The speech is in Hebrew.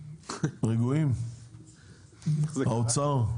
האוצר?